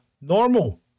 normal